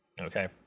Okay